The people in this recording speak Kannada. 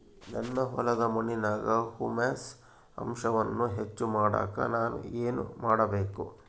ನನ್ನ ಹೊಲದ ಮಣ್ಣಿನಾಗ ಹ್ಯೂಮಸ್ ಅಂಶವನ್ನ ಹೆಚ್ಚು ಮಾಡಾಕ ನಾನು ಏನು ಮಾಡಬೇಕು?